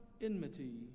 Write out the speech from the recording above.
enmity